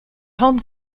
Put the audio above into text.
home